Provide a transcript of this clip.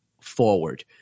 forward